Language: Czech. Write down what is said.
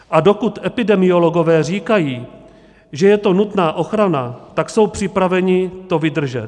A dokud epidemiologové říkají, že je to nutná ochrana, tak jsou připraveni to vydržet.